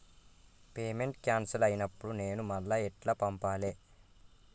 Payment cancel అయినపుడు నేను మళ్ళా ఎట్ల పంపాలే?